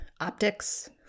optics